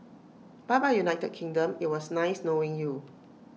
bye bye united kingdom IT was nice knowing you